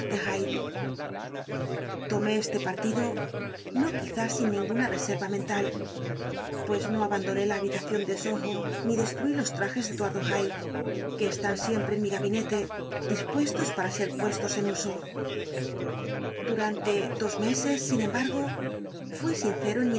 tomé este partido no quizá sin ninguna reserva mental pues no abandoné la habitación de soho ni destruí los trajes de eduardo hyde que están siempre en mi gabinete dispuestos para ser puestos en uso durante dos meses sin embargo fui sincero en mi